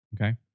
Okay